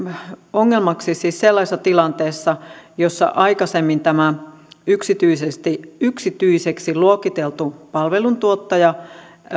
ongelmaksi siis sellaisessa tilanteessa jossa tämä aikaisemmin yksityiseksi yksityiseksi luokiteltu palveluntuottaja